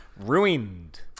Ruined